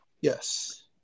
Yes